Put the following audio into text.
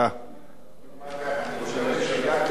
בוא נאמר ככה: אני מקווה שגם לך תהיה הצלחה,